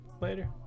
later